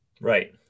Right